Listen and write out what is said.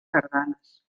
sardanes